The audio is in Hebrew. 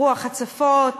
רוח, הצפות,